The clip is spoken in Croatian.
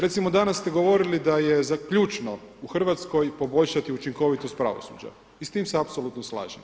Recimo danas ste govorili da je za ključno u Hrvatskoj poboljšati učinkovitost pravosuđa i s tim se apsolutno slažem.